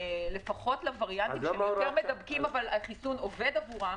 לפחות לווריאנטים שהם יותר מידבקים אבל החיסון עובד עבורם,